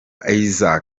isaie